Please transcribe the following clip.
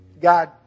God